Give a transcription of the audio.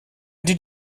did